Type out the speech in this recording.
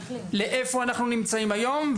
לאיפה אנחנו נמצאים היום,